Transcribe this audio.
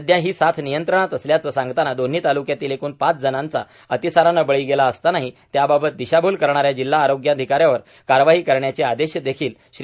सध्या ही साथ नियंत्रणात असल्याचे सांगतानाच दोन्ही तालुक्यातील एकूण पाच जणांचा अतिसाराने बळी गेला असतानाही त्याबाबत दिशाभूल करणाऱ्या जिल्हा आरोग्याधिकाऱ्यांवर कारवाई करण्याचे आदेश देखील श्री